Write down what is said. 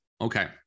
Okay